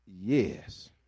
Yes